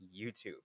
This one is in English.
YouTube